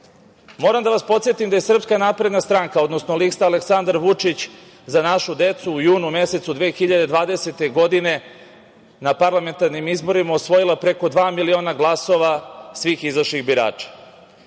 prava. Moram da vas podsetim da je SNS, odnosno lista Aleksandar Vučić – Za našu decu u junu mesecu 2020. godine na parlamentarnim izborima osvojila preko dva miliona glasova svih izašlih birača.